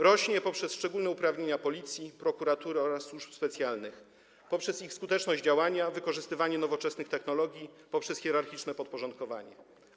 Rośnie poprzez szczególne uprawnienia Policji, prokuratury oraz służb specjalnych, poprzez skuteczność ich działania, wykorzystywanie nowoczesnych technologii, poprzez hierarchiczne podporządkowanie.